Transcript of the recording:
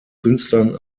künstlern